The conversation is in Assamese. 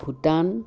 ভূটান